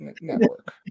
network